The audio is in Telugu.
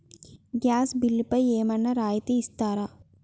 గ్యాస్ బిల్లుపై ఏమైనా రాయితీ ఇస్తారా?